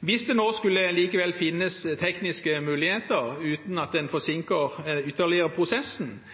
Hvis det nå likevel skulle finnes tekniske muligheter, uten at det forsinker prosessen ytterligere, ved å undersøke om en